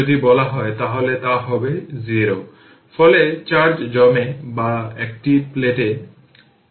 equation 3 এ আসলে i2 5 6 i1 রাখলে di1 dt 2 3 i1 0 পাবে তাই এটি ইকুয়েশন 6 a